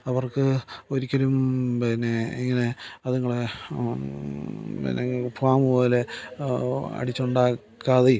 അവർക്ക് ഒരിക്കലും പിന്നെ ഇങ്ങനെ അതുങ്ങളെ പിന്നെ ഫാം പോലെ അടിച്ചുണ്ടാക്കാതെയും